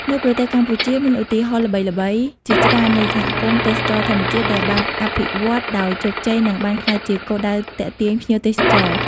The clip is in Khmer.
នៅប្រទេសកម្ពុជា មានឧទាហរណ៍ល្បីៗជាច្រើននៃសហគមន៍ទេសចរណ៍ធម្មជាតិដែលបានអភិវឌ្ឍន៍ដោយជោគជ័យ និងបានក្លាយជាគោលដៅទាក់ទាញភ្ញៀវទេសចរ។